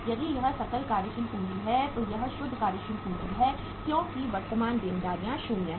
यदि यह सकल कार्यशील पूंजी है तो यह शुद्ध कार्यशील पूंजी है क्योंकि वर्तमान देनदारियां 0 हैं